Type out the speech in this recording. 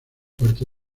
parte